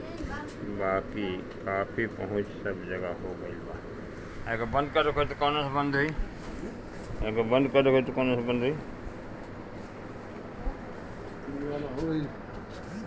बाकी कॉफ़ी पहुंच सब जगह हो गईल बा